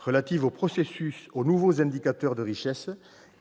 relative aux nouveaux indicateurs de richesse-